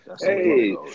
hey